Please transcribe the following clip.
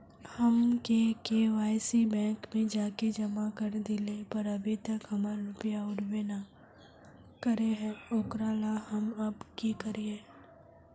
हम KYC bank में जाके जमा कर देलिए पर अभी तक हमर रुपया उठबे न करे है ओकरा ला हम अब की करिए?